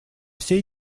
сей